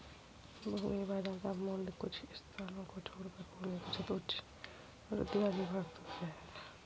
भूमि का बाजार मूल्य कुछ स्थानों को छोड़कर भूमि बचत उच्च वृद्धि वाली इमारतों से है